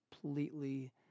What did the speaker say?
completely